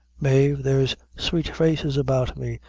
mave, there's sweet faces about me,